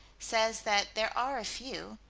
says that there are a few.